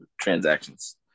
transactions